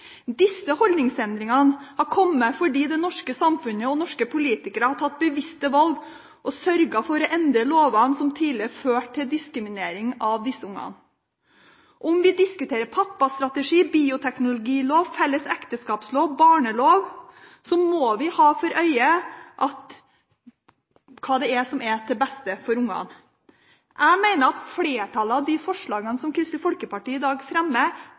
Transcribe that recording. Disse holdningsendringene har kommet fordi det norske samfunnet og norske politikere har tatt bevisste valg og sørget for å endre lovene som tidligere førte til diskriminering av disse ungene. Om vi diskuterer pappastrategi, bioteknologilov, felles ekteskapslov eller barnelov, må vi ha for øye det som er det beste for ungene. Jeg mener at flertallet av de forslagene som Kristelig Folkeparti i dag fremmer,